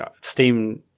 Steam